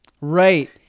right